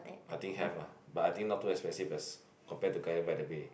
I think have lah but I think not too expensive as compare to Gardens-by-the-Bay